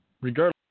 Regardless